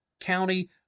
county